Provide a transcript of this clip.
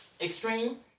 extreme